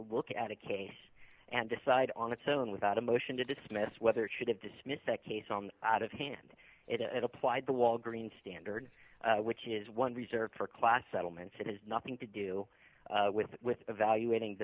look at a case and decide on its own without a motion to dismiss whether it should have dismissed that case on out of hand it applied the walgreen standard which is one reserved for class settlements it has nothing to do with evaluating the